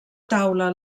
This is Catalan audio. taula